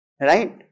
Right